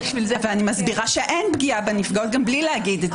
אני מסבירה שאין פגיעה בנפגעות גם בלי לומר את זה.